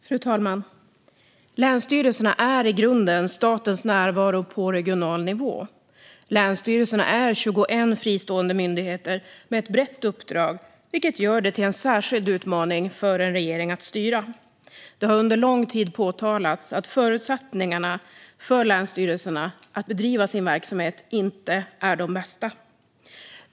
Fru talman! Länsstyrelserna är i grunden statens närvaro på regional nivå. Länsstyrelserna är 21 fristående myndigheter med ett brett uppdrag, vilket gör det till en särskild utmaning för regeringen att styra dem. Det har under lång tid påtalats att förutsättningarna för länsstyrelserna att bedriva sin verksamhet inte är de bästa.